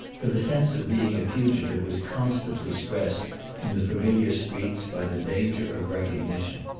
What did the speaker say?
for the sense of being a fugitive was constantly stressed in the familiar streets by the danger of recognition.